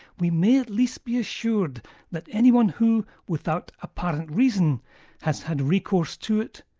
we may at least be assured that anyone who, without apparent reason has had recourse to it,